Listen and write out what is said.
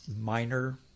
minor